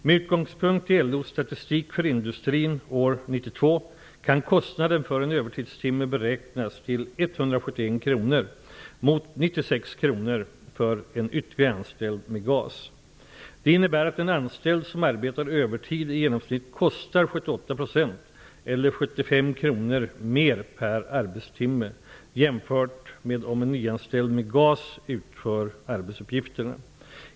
Med utgångspunkt i LO:s statistik för industrin år 1992 kan kostnaden för en övertidstimme beräknas till 171 kr mot 96 kr för en ytterligare anställd med GAS. Det innebär att en anställd som arbetar övertid i genomsnitt kostar 78 %, eller 75 kr mer per arbetstimme, jämfört med om en nyanställd med GAS utför arbetsuppgifterna.